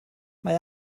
mae